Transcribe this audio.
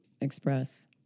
express